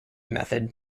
method